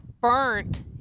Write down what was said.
burnt